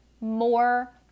more